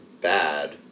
bad